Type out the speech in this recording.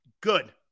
good